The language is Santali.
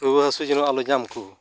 ᱨᱩᱭᱟᱹ ᱦᱟᱹᱥᱩ ᱡᱮᱱᱚ ᱟᱞᱚ ᱧᱟᱢ ᱠᱚ